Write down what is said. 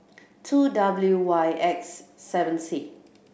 two W Y X seven C